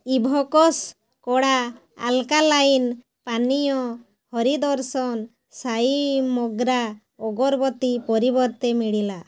evokes କଡ଼ା alkaline ପାନୀୟ ହରି ଦର୍ଶନ ସାଇ ମୋଗ୍ରା ଅଗରବତୀ ପରିବର୍ତ୍ତେ ମିଳିଲା